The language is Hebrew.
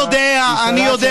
קמתי לפני ואני אדבר גם, אני יודע.